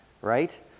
right